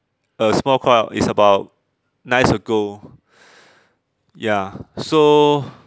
a small crowd is about nine years ago ya so